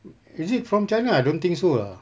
is it from china I don't think so lah